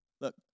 Look